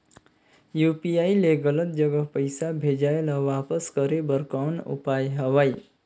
UPI ले गलत जगह पईसा भेजाय ल वापस करे बर कौन उपाय हवय?